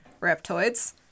reptoids